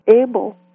able